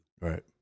Right